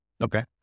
Okay